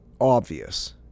obvious